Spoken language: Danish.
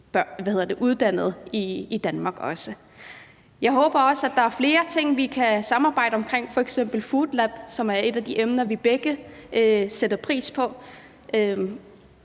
studerende i Danmark. Jeg håber også, at der er flere ting, vi kan samarbejde omkring, f.eks. Foodlab, som er et af de emner, vi begge sætter pris på,